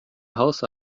house